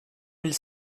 mille